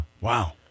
Wow